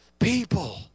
people